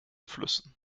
flüssen